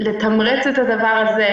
לתמרץ את הדבר הזה.